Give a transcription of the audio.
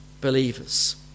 believers